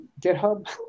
GitHub